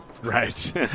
Right